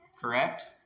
correct